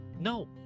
no